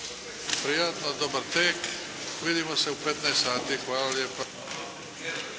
prijatno. Dobar tek! Vidimo se u 15,00 sati. Hvala lijepa.